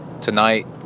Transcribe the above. tonight